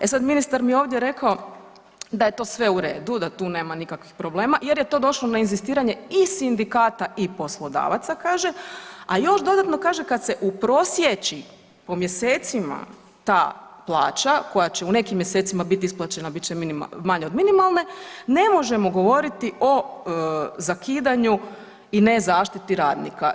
E sad ministar mi je ovdje rekao da je to sve u redu, da tu nema nikakvih problema jer je to došlo na inzistiranje iz sindikata i poslodavaca kaže, a još dodatno kaže kad se uprosiječi po mjesecima ta plaća koja će u nekim mjesecima bit isplaćena bit će manja od minimalne ne možemo govoriti o zakidanju i nezaštiti radnika.